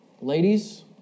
Ladies